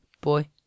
boy